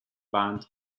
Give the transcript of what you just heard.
van